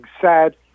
sad